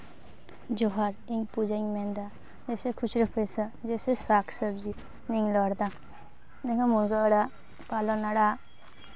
ᱡᱚᱦᱟᱨ ᱤᱧ ᱯᱩᱡᱟᱧ ᱢᱮᱱᱫᱟ ᱡᱮᱭᱥᱮ ᱠᱷᱩᱪᱨᱟᱹ ᱯᱚᱭᱥᱟ ᱡᱮᱭᱥᱮ ᱥᱟᱠ ᱥᱚᱵᱽᱡᱤ ᱱᱤᱭᱮᱧ ᱨᱚᱲᱫᱟ ᱡᱮᱢᱚᱱ ᱢᱩᱱᱜᱟᱹ ᱟᱲᱟᱜ ᱯᱟᱞᱚᱝ ᱟᱲᱟᱜ